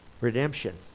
Redemption